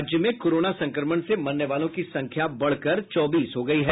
राज्य में कोरोना संक्रमण से मरने वालों की संख्या बढ़कर चौबीस हो गई है